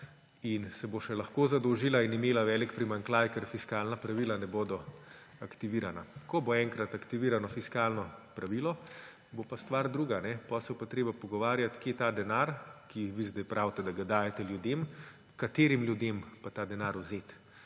in se bo še lahko zadolžila in imela velik primanjkljaj, ker fiskalna pravila ne bodo aktivirana. Ko bo enkrat aktivirano fiskalno pravilo, bo pa stvar druga. Potem se bo pa treba pogovarjati, kje ta denar, o katerem vi zdaj pravite, da ga dajete ljudem, katerim ljudem ta denar vzeti.